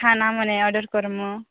ଖାନା ମାନେ ଅର୍ଡର୍ କରିବୁ